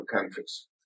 countries